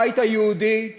הבית היהודי,